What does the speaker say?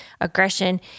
aggression